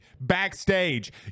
backstage